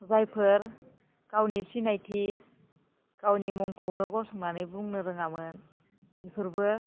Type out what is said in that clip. जायफोर गावनि सिनायथि गावनि मुंखौनो गसंनानै बुंनो रोङामोन बेफोरबो